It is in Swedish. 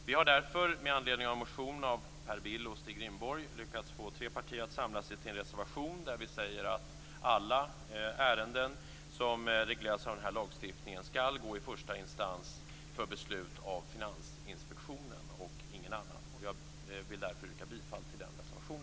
Vi har därför med anledning av motion av Per Bill och Stig Rindborg lyckats få tre partier att samla sig till en reservation där vi säger att alla ärenden som regleras av denna lagstiftning skall gå i första instans för beslut av Finansinspektionen och ingen annan. Herr talman! Jag vill därför yrka till denna reservation.